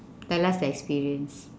tell us the experience